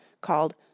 called